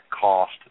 cost